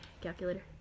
calculator